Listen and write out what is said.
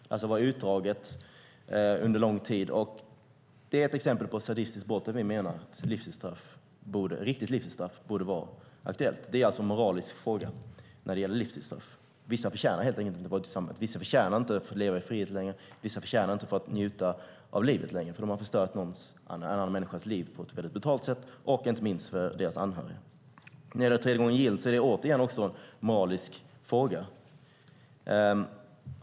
Detta var utdraget under lång tid och är ett exempel på ett sadistiskt brott där vi menar att ett riktigt livstidsstraff borde vara aktuellt. Det är alltså en moralisk fråga när det gäller livstidsstraff. Vissa förtjänar helt enkelt inte att vara ute i samhället. Vissa förtjänar inte att få leva i frihet mer. Vissa förtjänar inte att få njuta av livet längre, eftersom de har förstört någon annan människas liv på ett väldigt brutalt sätt. Inte minst gäller det anhöriga. När det gäller tredje gången gillt är det återigen en moralisk fråga.